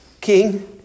King